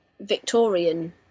Victorian